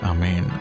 Amen